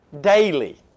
Daily